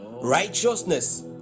righteousness